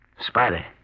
Spider